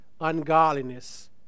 ungodliness